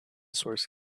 source